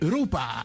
Rupa